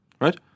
right